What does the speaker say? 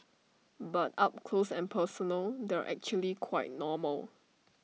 but up close and personal they're actually quite normal